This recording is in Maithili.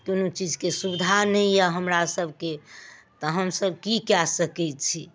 कोनो चीजके सुबिधा नहि यऽ हमरा सभके तऽ हमसभ की कए सकै छी